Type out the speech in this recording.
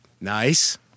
Nice